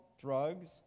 drugs